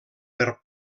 per